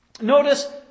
Notice